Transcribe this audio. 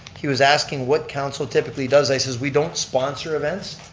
he was asking what council typically does. i says, we don't sponsor events.